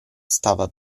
stava